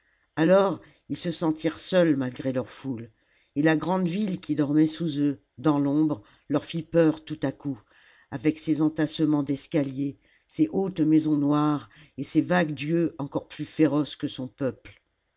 alors ils se sentirent seuls malgré leur foule et la grande ville qui dormait sous eux dans l'ombre leur fit peur avec ses entassements d'escaliers ses hautes maisons noires et ses vagues dieux encore plus féroces que son peuple